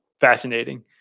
fascinating